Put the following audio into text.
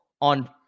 on